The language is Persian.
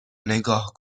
نگاه